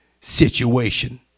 situation